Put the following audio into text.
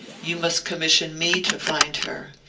you must commission me to find her.